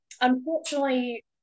unfortunately